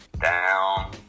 down